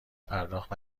پرداخت